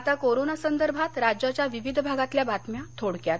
आता कोरोना संदर्भात राज्याच्या विविध भागातल्या बातम्या थोडक्यात